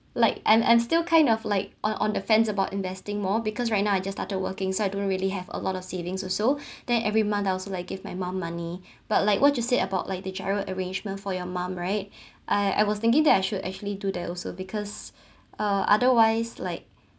like I'm I'm still kind of like on on the fence about investing more because right now I just started working so I don't really have a lot of savings also then every month I also like give my mum money but like what you said about like the general arrangement for your mum right I I was thinking that I should actually do that also because uh otherwise like